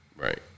Right